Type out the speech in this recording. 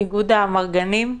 איגוד האמרגנים.